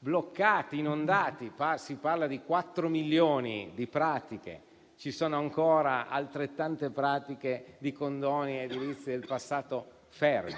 bloccati, inondati: si parla di 4 milioni di pratiche. Ci sono ancora altrettante pratiche di condoni edilizi del passato ferme.